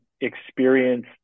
experience